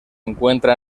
encuentra